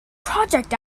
project